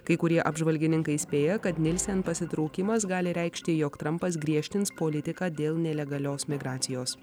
kai kurie apžvalgininkai įspėja kad nilsen pasitraukimas gali reikšti jog trampas griežtins politiką dėl nelegalios migracijos